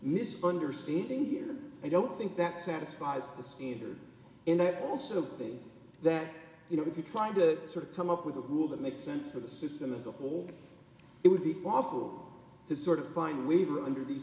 misunderstanding here i don't think that satisfies either and that also things that you know if you're trying to sort of come up with a rule that makes sense for the system as a whole it would be awful to sort of find waiver under these